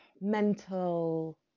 mental